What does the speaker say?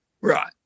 Right